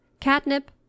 catnip